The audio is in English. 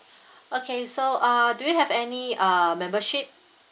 okay so uh do you have any uh membership